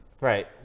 Right